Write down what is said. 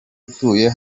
utuye